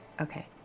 okay